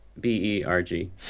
B-E-R-G